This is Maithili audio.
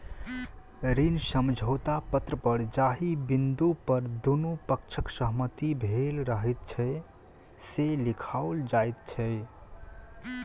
ऋण समझौता पत्र पर जाहि बिन्दु पर दुनू पक्षक सहमति भेल रहैत छै, से लिखाओल जाइत छै